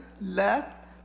left